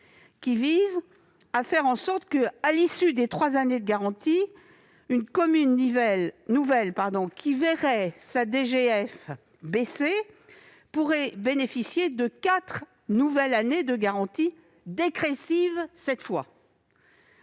de la garantie de sortie ! À l'issue des trois années de garantie, une commune nouvelle qui verrait sa DGF baisser pourrait bénéficier de quatre nouvelles années de garantie, dégressives cette fois.